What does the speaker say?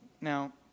Now